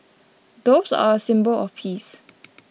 doves are a symbol of peace